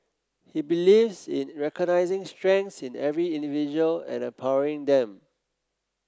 he believes in recognising strengths in every individual and empowering them